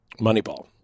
Moneyball